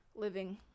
Living